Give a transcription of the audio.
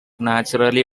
naturally